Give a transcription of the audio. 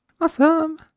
Awesome